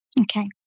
Okay